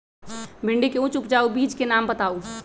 भिंडी के उच्च उपजाऊ बीज के नाम बताऊ?